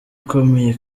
ikomeye